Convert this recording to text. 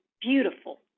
Beautiful